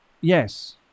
Yes